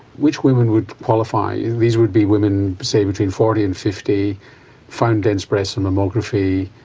which women would qualify, these would be women say between forty and fifty found dense breasts in mammography,